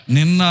Nina